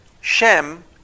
Shem